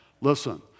Listen